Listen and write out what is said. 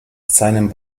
seinem